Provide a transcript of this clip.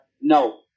No